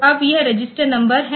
अब यह register number है